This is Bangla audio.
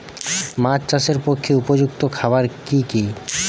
মাছ চাষের পক্ষে উপযুক্ত খাবার কি কি?